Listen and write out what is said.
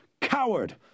Coward